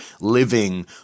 living